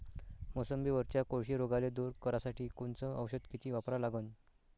मोसंबीवरच्या कोळशी रोगाले दूर करासाठी कोनचं औषध किती वापरा लागन?